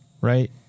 right